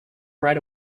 right